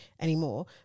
anymore